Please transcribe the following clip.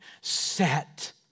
Set